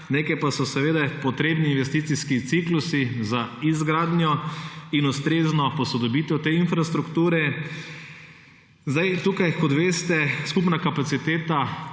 nekaj pa so seveda potrebni investicijski ciklusi za izgradnjo in ustrezno posodobitev te infrastrukture. Kot veste, skupna kapaciteta